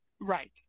Right